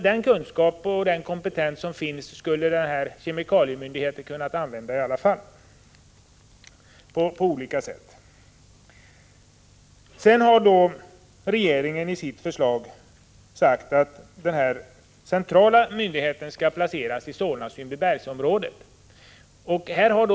Den kunskap och den kompetens som finns skulle kemikalieinspektionen kunnat använda i alla fall på olika sätt. Regeringen har föreslagit att den centrala myndigheten skall placeras i Solna-Sundbyberg-området.